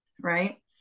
Right